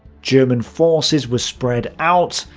german forces were spread out,